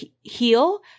heal